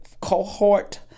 cohort